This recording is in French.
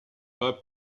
pas